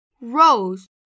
rose